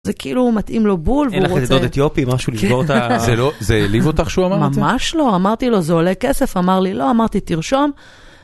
זה כאילו מתאים לו בול והוא רוצה... אין לך דוד אתיופי משהו לשבור את ה... זה העלייב אותך שהוא אמר לך את זה? ממש לא, אמרתי לו זה עולה כסף, אמר לי לא, אמרתי תרשום.